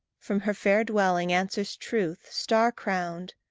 from her fair twilight answers truth, star-crowned,